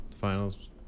finals